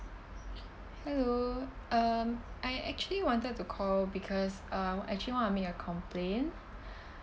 hello um I actually wanted to call because um actually want to make a complain